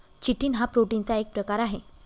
chitin हा प्रोटीनचा एक प्रकार आहे